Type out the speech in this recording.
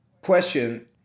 Question